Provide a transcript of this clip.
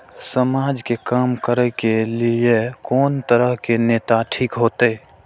समाज के काम करें के ली ये कोन तरह के नेता ठीक होते?